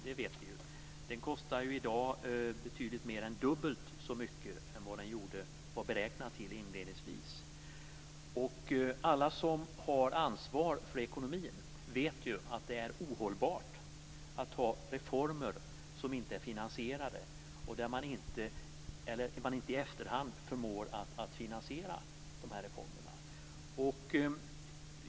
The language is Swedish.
Det vet vi. Den kostar i dag betydligt mer än dubbelt så mycket som den var beräknad till inledningsvis. Alla som har ansvar för ekonomin vet att det är ohållbart att ha reformer som inte är finansierade och där man inte i efterhand förmår att finansiera reformerna.